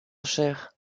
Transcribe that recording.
chaire